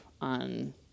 on